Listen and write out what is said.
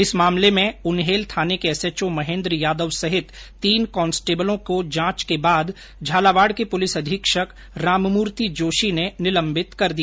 इस मामले में उन्हेल थाने के एसएचओ महेन्द्र यादव सेहित तीन कांस्टेबलों की जांच के बाद झालावाड़ के एसपी राममूर्ति जोशी ने कल इन्हें निलम्बित कर दिया